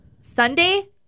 Sunday